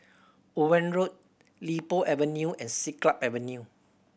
Owen Road Li Po Avenue and Siglap Avenue